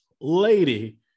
lady